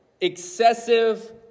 excessive